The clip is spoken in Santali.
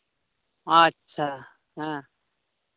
ᱟᱪᱪᱷᱟ ᱦᱮᱸ